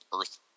Earth